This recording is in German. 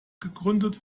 gegründet